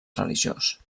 religiós